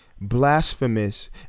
blasphemous